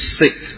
sick